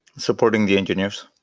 supporting the engineers.